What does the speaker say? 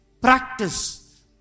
Practice